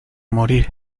morir